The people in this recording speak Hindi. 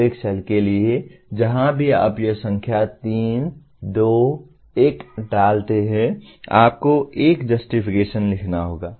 प्रत्येक सेल के लिए जहां भी आप यह संख्या 3 2 1 डालते हैं आपको एक जस्टिफिकेशन लिखना होगा